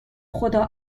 خدا